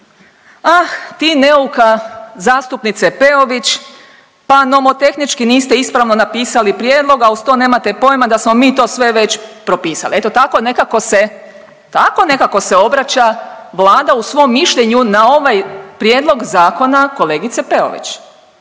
Ah ti neuka zastupnice Peović, pa nomotehnički niste ispravno napisali prijedlog, a uz to nemate pojma da smo mi to sve već propisali. Eto tako nekako se, tako nekako se obraća Vlada u svom mišljenju na ovaj prijedlog zakona kolegice Peović.